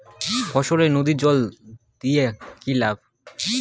ফসলে নদীর জল দেওয়া কি ভাল?